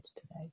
today